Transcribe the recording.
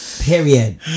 Period